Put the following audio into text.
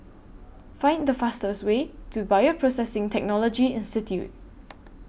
Find The fastest Way to Bioprocessing Technology Institute